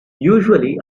usually